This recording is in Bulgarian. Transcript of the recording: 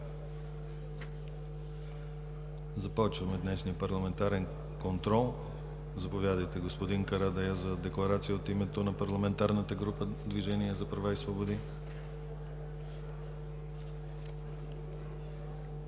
Започваме днешния парламентарен контрол. Заповядайте, господин Карадайъ, за Декларация от името на парламентарната група на „Движението за права и свободи“.